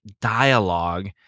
dialogue